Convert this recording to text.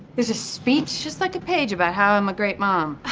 there's a speech? just, like, a page, about how i'm a great mom.